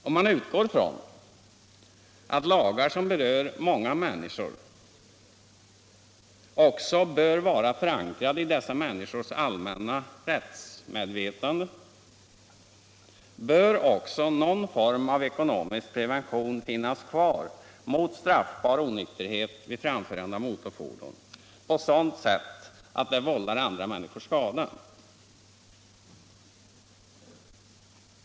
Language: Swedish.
Om man utgår från att lagar som berör många människor också bör vara förankrade i dessa människors allmänna rättsmedvetande, bör även någon form av ekonomisk prevention finnas kvar mot straffbar onyktherhet vid framförande av motorfordon på sådant sätt att det vållar andra människor skada.